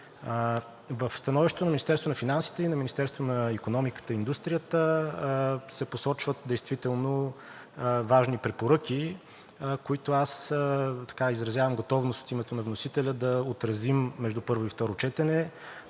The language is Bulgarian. на икономиката и индустрията се посочват действително важни препоръки, за които аз изразявам готовност от името на вносителя да отразим между първо и второ четене,